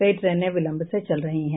कई ट्रेनें विलंब से चल रही है